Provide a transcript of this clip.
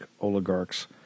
oligarchs